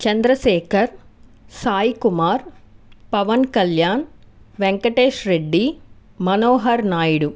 Chandrasekhar Saikumar Pawan Kalyan Venkatesh Reddy Manohar Naidu